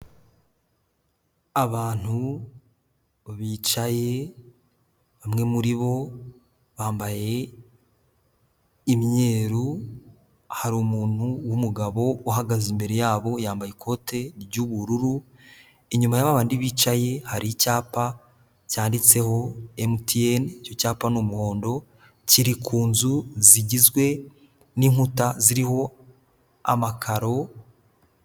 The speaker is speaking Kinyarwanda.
Abantu bicaye bamwe muri bo bambaye imyeru, hari umuntu w’umugabo uhagaze imbere yabo yambaye ikote ry'ubururu. Inyuma ya babandi bicaye hari icyapa cyanditseho emutiyene, icyo cyapa n'umuhondo kiri ku nzu zigizwe n'inkuta ziriho amakaro .